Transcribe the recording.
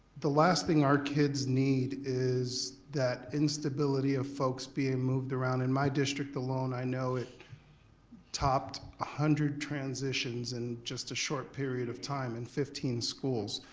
the last thing our kids need is that instability of folks being moved around. in my district alone i know it topped one ah hundred transitions in just a short period of time in fifteen schools.